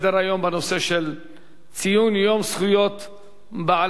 בנושא ציון יום זכויות בעלי-החיים.